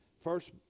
first